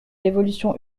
l’évolution